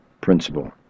principle